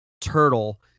turtle